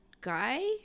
guy